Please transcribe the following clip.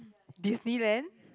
Disneyland